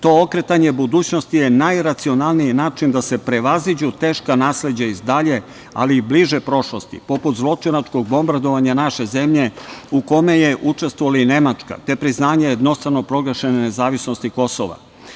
To okretanje budućnosti je najracionalniji način da se prevaziđu teška nasleđa iz dalje, ali i bliže prošlosti, poput zločinačkog bombardovanja naše zemlje u kome je učestvovala i Nemačka, te priznanje jednostrano proglašene nezavisnosti Kosova.